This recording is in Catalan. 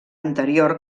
anterior